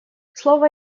слово